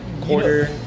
quarter